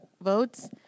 votes